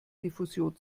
diffusion